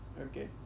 Okay